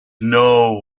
know